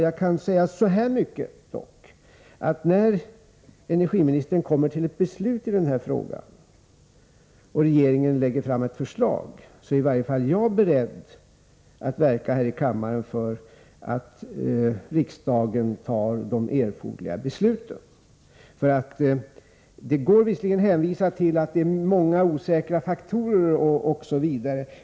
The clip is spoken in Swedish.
Jag kan dock säga, att när energiministern kommer till beslut i den här frågan och regeringen lägger fram ett förslag, kommer i varje fall jag att vara beredd att medverka till att riksdagen fattar de erforderliga besluten. Det går visserligen att hänvisa till att det finns många osäkerhetsfaktorer.